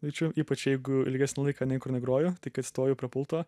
jaučiu ypač jeigu ilgesnį laiką niekur negroju tai kai atsistoju prie pulto